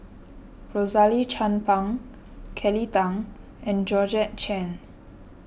Rosaline Chan Pang Kelly Tang and Georgette Chen